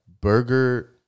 Burger